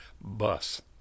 bus